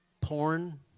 porn